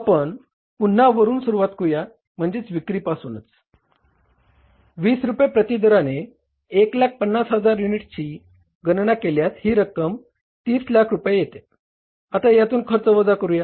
आपण पुन्हा वरून सुरुवात करूया म्हणजेच विक्री पासून 20 रुपये प्रती दराने 150000 युनिट्सची गणना केल्यास ही रक्कम 30 लाख रुपये येते आता यातून खर्च वजा करूया